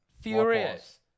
Furious